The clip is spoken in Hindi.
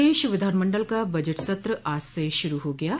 प्रदेश विधानमंडल का बजट सत्र आज से शुरू हो गया है